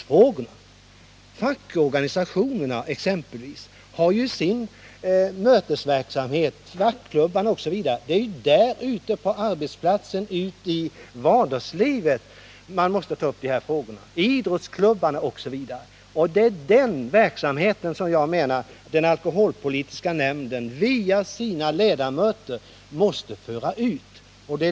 De fackliga organisationerna exempelvis driver ju mötesverksamhet. Det är ute i vardagslivet, i fackklubbarna, idrottsklubbarna osv. som man måste ta upp de här frågorna. Det är den verksamheten som jag menar att den alkoholpolitiska nämnden via sina ledamöter måste föra ut.